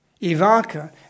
Ivanka